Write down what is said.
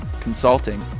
consulting